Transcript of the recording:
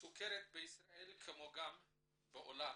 הסוכרת בישראל כמו גם בעולם,